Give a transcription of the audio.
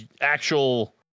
actual